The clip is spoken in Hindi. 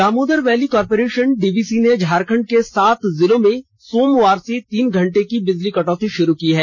दामोदर वैली कॉरपोरेशन डीवीसी ने झारखंड के सात जिलों में सोमवार से तीन घंटे के बिजली कटौती शुरू की है